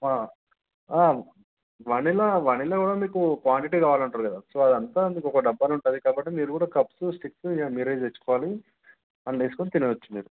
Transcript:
vanilla vanilla కూడా మీకు quantity కావాలంటుర్రు కదా సో అదంతా మీకు ఒక డబ్బాలో ఉంటుంది కాబట్టి మీరు కూడా కప్సు స్టిక్సు ఇక మీరు తెచ్చుకోవాలి అందులో వేసుకుని తినవచ్చు మీరు